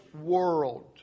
world